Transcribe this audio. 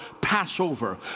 Passover